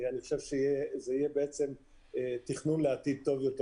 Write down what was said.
אני חושב שזה יהיה תכנון לעתיד טוב יותר